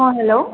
ହଁ ହେଲୋ